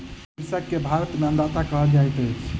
कृषक के भारत में अन्नदाता कहल जाइत अछि